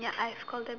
ya I scold them